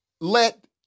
let